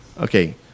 Okay